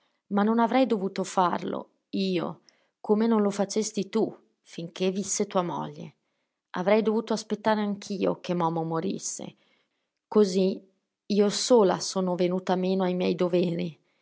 ma non avrei dovuto farlo io come non lo facesti tu finché visse tua moglie avrei dovuto aspettare anch'io che momo morisse così io sola sono venuta meno a miei doveri